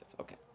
Okay